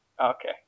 Okay